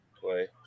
play